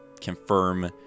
confirm